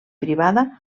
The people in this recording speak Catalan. privada